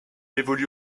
évolue